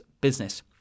business